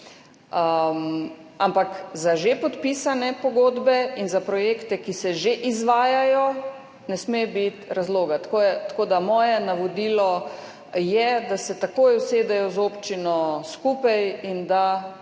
Ampak za že podpisane pogodbe in za projekte, ki se že izvajajo, ne sme biti razloga. Moje navodilo je, da se takoj usedejo skupaj z